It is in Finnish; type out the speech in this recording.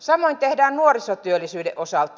samoin tehdään nuorisotyöllisyyden osalta